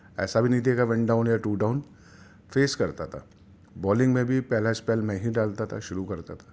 ایسا بھی نہیں دیکھا ون ڈاؤن یا ٹو ڈاؤن فیس کرتا تھا بالنگ میں بھی پہلا اسپیل میں ہی ڈالتا تھا شروع کرتا تھا